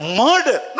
murder